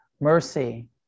mercy